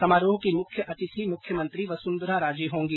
समारोह की मुख्य अतिथि मुख्यमंत्री वसुन्धरा राजे होंगी